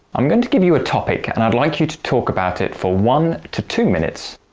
i'm going to give you a topic and i'd like you to talk about it for one to two minutes.